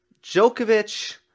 Djokovic